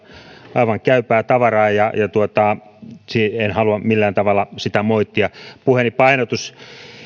aivan käypää tavaraa ja ja en halua millään tavalla sitä moittia puheeni painotus